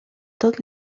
tot